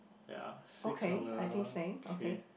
ya six on the okay